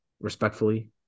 respectfully